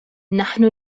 نحن